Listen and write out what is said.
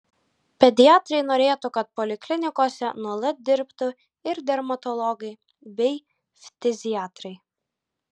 pediatrai norėtų kad poliklinikose nuolat dirbtų ir dermatologai bei ftiziatrai